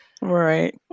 Right